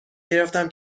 گرفتم